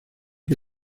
que